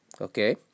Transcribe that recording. okay